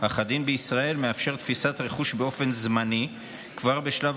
אך הדין בישראל מאפשר תפיסת רכוש באופן זמני כבר בשלב